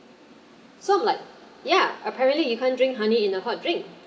sort of like ya apparently you can't drink honey in a hot drink